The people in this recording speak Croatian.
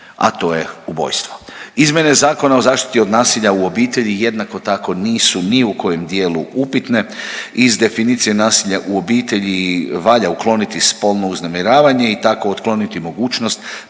a to je ubojstvo. Izmjene Zakona o zaštiti od nasilja u obitelji jednako tako nisu ni u kojem dijelu upitne. Iz definicije nasilja u obitelji valja ukloniti spolno uznemiravanje i tako otkloniti mogućnost